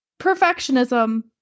perfectionism